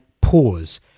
pause